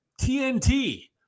TNT